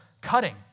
cutting